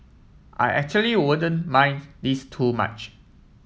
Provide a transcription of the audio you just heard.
I actually wouldn't mind this too much